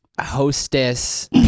hostess